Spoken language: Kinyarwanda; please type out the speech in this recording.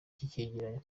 cyegeranyo